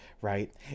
right